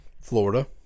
Florida